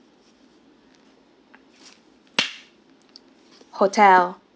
hotel